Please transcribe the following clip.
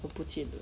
我不见了